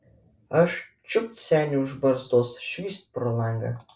aš čiupt senį už barzdos švyst pro langą